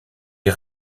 est